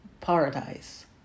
Paradise